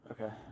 Okay